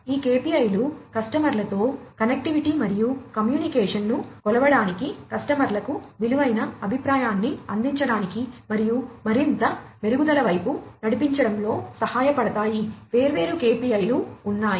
ఈ KPI లు కస్టమర్లతో కనెక్టివిటీ ను కొలవడానికి కస్టమర్లకు విలువైన అభిప్రాయాన్ని అందించడానికి మరియు మరింత మెరుగుదల వైపు నడిపించడంలో సహాయపడతాయి వేర్వేరు KPI లు ఉన్నాయి